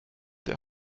der